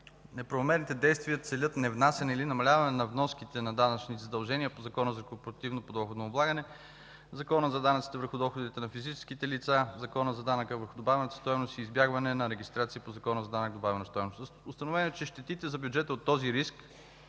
Неправомерните действия целят невнасяне или намаляване на вноските на данъчни задължения по Закона за корпоративното подоходно облагане, Закона за данъците върху доходите на физическите лица, Закона за данъка върху добавената стойност и избягване на регистрация по Закона за данък добавена стойност. Установено е, че щетите за бюджета от този риск